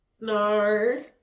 No